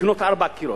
לקנות ארבעה קירות?